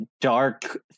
dark